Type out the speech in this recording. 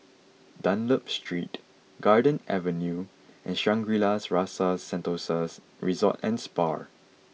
Dunlop Street Garden Avenue and Shangri La's Rasa Sentosa Resort and Spa